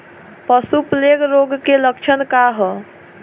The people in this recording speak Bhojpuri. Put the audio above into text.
पशु प्लेग रोग के लक्षण का ह?